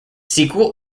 sequel